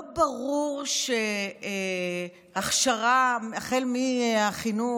לא ברור שהכשרה מהחינוך,